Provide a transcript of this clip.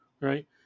right